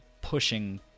pushing